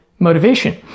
Motivation